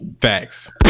Facts